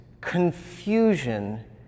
confusion